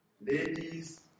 Ladies